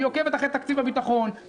שעוקבת אחרי תקציב הביטחון,